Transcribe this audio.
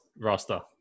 roster